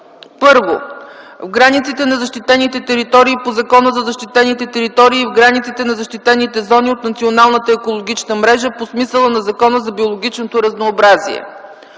1. в границите на защитените територии по Закона за защитените територии и в границите на защитените зони от Националната екологична мрежа по смисъла на Закона за биологичното разнообразие;